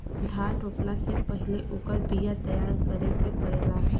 धान रोपला से पहिले ओकर बिया तैयार करे के पड़ेला